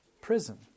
prison